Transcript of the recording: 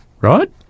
right